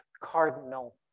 cardinal